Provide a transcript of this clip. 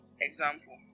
Example